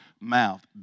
mouth